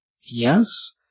yes